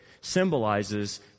symbolizes